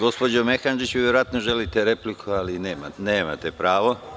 Gospođo Mehandžić vi verovatno želite repliku, ali nemate pravo.